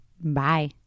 Bye